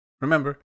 Remember